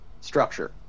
structure